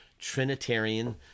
Trinitarian